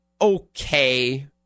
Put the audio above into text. okay